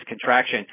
contraction